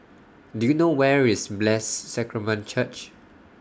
Do YOU know Where IS Blessed Sacrament Church